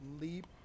leap